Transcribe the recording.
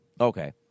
Okay